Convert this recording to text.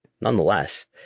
Nonetheless